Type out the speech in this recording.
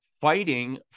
fighting